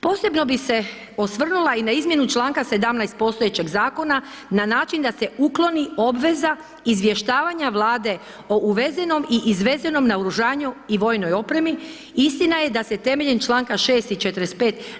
Posebno bi se osvrnula i na izmjenu čl. 17 postojećeg zakona na način da se ukloni obveza izvještavanja Vlade o uvezenom i izvezenom naoružanju i vojnoj opremi, istina je da se temeljem čl. 6 i 45.